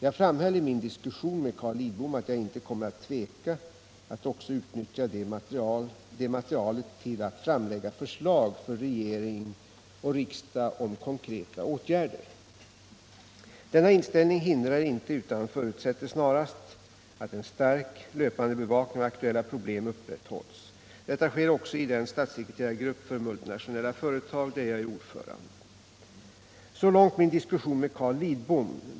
Jag framhöll i min diskussion med Carl Lidbom att jag inte kommer att ”tveka att också utnyttja det materialet till att framlägga förslag för regering och riksdag om konkreta åtgärder” . Denna inställning hindrar inte, utan förutsätter snarast att en stark, löpande bevakning av aktuella problem upprätthålls. Detta sker också i den statssekreterargrupp för multinationella företag, där jag är ordförande. Så långt min diskussion med Carl Lidbom.